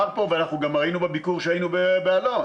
ראינו בביקור שלנו באלון,